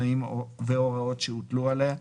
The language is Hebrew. תנאים והוראות שהוטלו עליה,